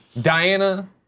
Diana